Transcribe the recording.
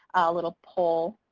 little pole,